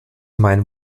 meinen